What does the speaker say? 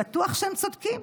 בטוח שהם צודקים.